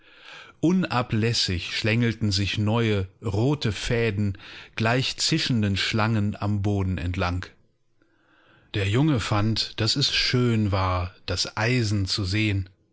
unablässig schlängelten sich neue rote fäden gleich zischenden schlangen am boden entlang der junge fand daß es schön war das eisen zu sehen